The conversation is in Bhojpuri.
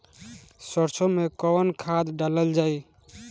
सरसो मैं कवन खाद डालल जाई?